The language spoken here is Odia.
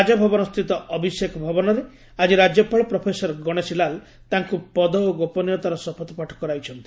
ରାକଭବନସ୍ଷିତ ଅଭିଷେକ ଭବନରେ ଆକି ରାଜ୍ୟପାଳ ପ୍ରଫେସର ଗଶେଶୀ ଲାଲ ତାଙ୍କୁ ପଦ ଓ ଗୋପନୀୟତାର ଶପଥପାଠ କରାଇଛନ୍ତି